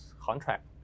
contract